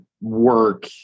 work